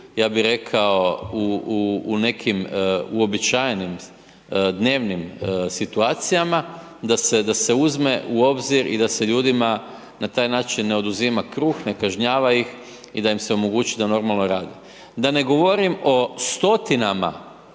ja bi rekao u nekim uobičajenim dnevnim situacijama, da se uzme u obzir i da se ljudima na taj način ne oduzima kruh, ne kažnjava ih i da im se omogući da normalno rade. Da ne govorim o stotinama